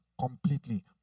completely